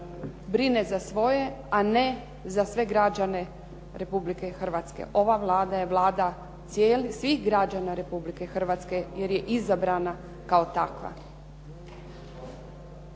brine za svoje a ne za sve građane Republike Hrvatske. Ova Vlada je Vlada svih građana Republike Hrvatske jer je izabrana kao takva.